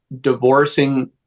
divorcing